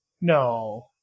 No